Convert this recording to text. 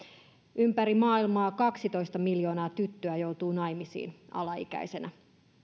ympäri maailmaa kaksitoista miljoonaa tyttöä joutuu naimisiin alaikäisenä